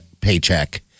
paycheck